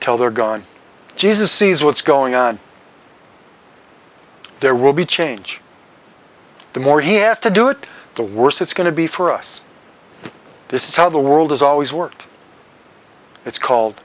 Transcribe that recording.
tell they're gone jesus sees what's going on there will be change the more he has to do it the worse it's going to be for us this is how the world has always worked it's called